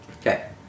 Okay